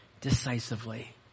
decisively